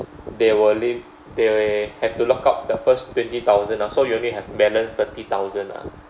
they will lim~ they have to lock up the first twenty thousand lor so you only have balance thirty thousand ah